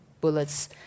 bullets